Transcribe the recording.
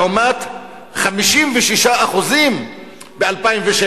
לעומת 56% ב-2007.